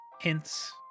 hints